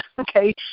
Okay